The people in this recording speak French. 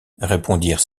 répondirent